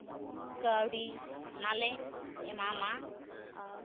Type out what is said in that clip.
ᱠᱟᱹᱣᱰᱤ ᱚᱱᱟᱞᱮ ᱮᱢᱟᱢᱟ